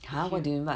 if you